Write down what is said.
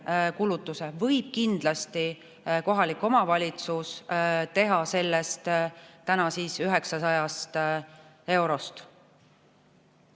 võib kindlasti kohalik omavalitsus teha sellest praegu 900 eurost.